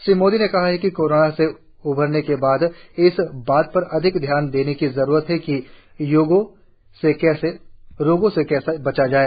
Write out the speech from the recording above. श्री मोदी ने कहा कि कोरोना से उबरने के बाद इस बात पर अधिक ध्यान देने की ज़रुरत होगी कि रोगों से कैसे बचा जाए